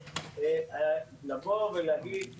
לבוא ולהגיד ו"לרדת"